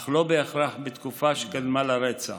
אך לא בהכרח בתקופה שקדמה לרצח